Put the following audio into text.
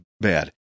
bad